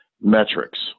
metrics